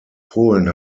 polen